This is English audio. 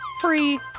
free